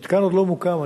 המתקן עוד לא מוקם.